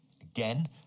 Again